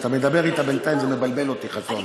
אתה מדבר אתה בינתיים, זה מבלבל אותי, חסון.